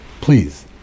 Please